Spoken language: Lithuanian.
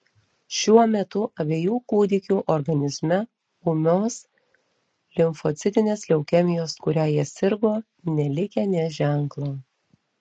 šiuo metu abiejų kūdikių organizme ūmios limfocitinės leukemijos kuria jie sirgo nelikę nė ženklo